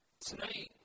Tonight